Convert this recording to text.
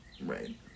Right